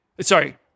sorry